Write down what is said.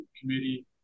committee